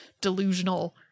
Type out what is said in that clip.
delusional